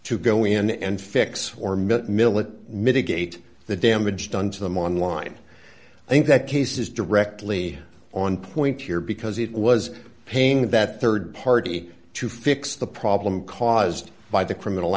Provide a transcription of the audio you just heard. to go in and fix or met milot mitigate the damage done to them online i think that case is directly on point here because it was paying that rd party to fix the problem caused by the criminal